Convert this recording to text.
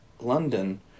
London